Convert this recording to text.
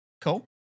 Cool